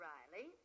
Riley